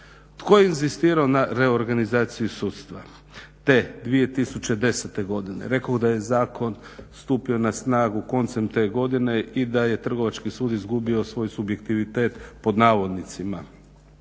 Tko je inzistirao na reorganizaciji sudstva te 2010. godine? Rekoh da je zakon stupio na snagu koncem te godine i da je Trgovački sud izgubio svoj subjektivitet pod navodnicima